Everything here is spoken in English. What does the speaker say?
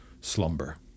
slumber